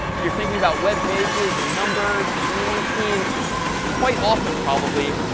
if you're thinking about web pages and numbers, has anyone seen quite often, probably,